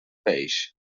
peix